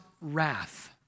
wrath